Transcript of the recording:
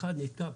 אחד נתקע,